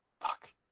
Fuck